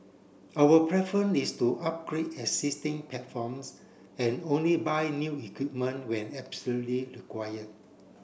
our preference is to upgrade existing platforms and only buy new equipment when absolutely require